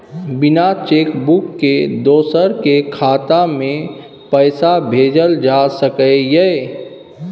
बिना cheque book के दोसर के खाता में पैसा भेजल जा सकै ये?